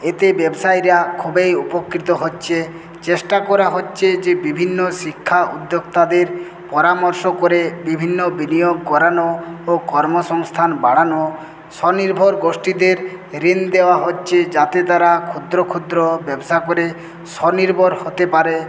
এতে ব্যবসায়ীরা খুবই উপকৃত হচ্ছে চেষ্টা করা হচ্ছে যে বিভিন্ন শিক্ষা উদ্যোক্তাদের পরামর্শ করে বিভিন্ন বিনিয়োগ করানো ও কর্ম সংস্থান বাড়ানো স্বনির্ভর গোষ্ঠীদের ঋণ দেওয়া হচ্ছে যাতে তাঁরা ক্ষুদ্র ক্ষুদ্র ব্যবসা করে স্বনির্ভর হতে পারে